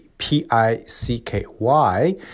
P-I-C-K-Y